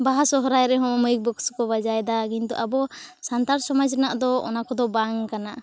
ᱵᱟᱦᱟ ᱥᱚᱦᱚᱨᱟᱭ ᱨᱮᱦᱚᱸ ᱢᱟᱹᱭᱤᱠ ᱵᱚᱠᱥᱠᱚ ᱵᱟᱡᱟᱣᱫᱟ ᱠᱤᱱᱛᱩ ᱟᱵᱚ ᱥᱟᱱᱛᱟᱲ ᱥᱚᱢᱟᱡᱽ ᱨᱮᱱᱟᱜ ᱫᱚ ᱚᱱᱟ ᱠᱚᱫᱚ ᱵᱟᱝ ᱠᱟᱱᱟ